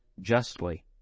justly